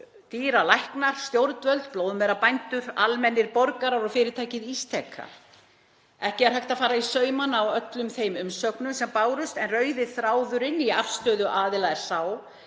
dýralæknar, stjórnvöld, blóðmerabændur, almennir borgarar og fyrirtækið Ísteka. Ekki er hægt að fara í saumana á öllum þeim umsögnum sem bárust en rauði þráðurinn í afstöðu aðila er sá